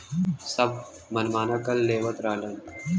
सब मनमाना कर लेवत रहलन